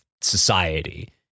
society